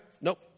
Nope